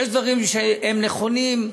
יש דברים שהם נכונים,